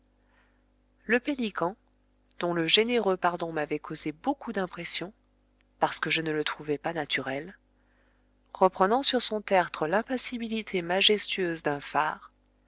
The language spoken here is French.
le pélican dont le généreux pardon m'avait causé beaucoup d'impression parce que je ne le trouvais pas naturel reprenant sur son tertre l'impassibilité majestueuse d'un phare